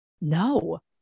No